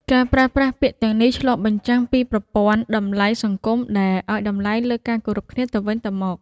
ការប្រើប្រាស់ពាក្យទាំងនេះឆ្លុះបញ្ចាំងពីប្រព័ន្ធតម្លៃសង្គមដែលឲ្យតម្លៃលើការគោរពគ្នាទៅវិញទៅមក។